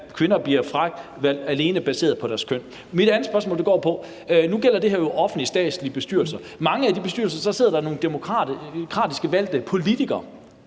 at kvinder bliver fravalgt alene baseret på deres køn. Mit andet spørgsmål går på noget andet. Nu gælder det her jo offentlige statslige bestyrelser. I mange af de bestyrelser sidder der nogle demokratisk valgte politikere.